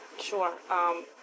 Sure